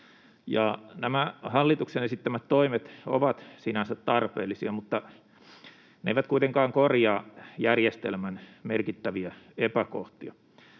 Nämä hallituksen esittämät toimet ovat sinänsä tarpeellisia, mutta ne eivät kuitenkaan korjaa järjestelmän merkittäviä epäkohtia.